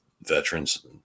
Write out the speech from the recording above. veterans